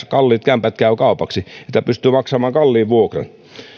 kalliit kämpät käyvät kaupaksi jotta pystyy maksamaan kalliin vuokran